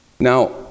Now